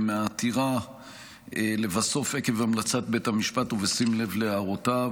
מהעתירה לבסוף עקב המלצת בית המשפט ובשים לב להערותיו.